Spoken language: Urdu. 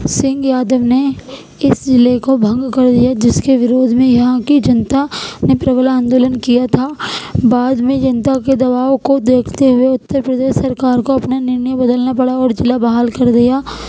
سنگھ یادو نے اس ضلعے کو بھنگ کر دیا جس کے ورودھ میں یہاں کی جنتا نے پربلا آندولن کیا تھا بعد میں جنتا کے دباؤ کو دیکھتے ہوئے اتر پردیش سرکار کو اپنا نرنے بدلنا پڑا اور ضلع بحال کر دیا